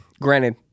granted